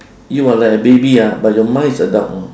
you are like a baby ah but your mind is adult know